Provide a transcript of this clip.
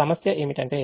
సమస్య ఏమిటంటే